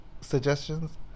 suggestions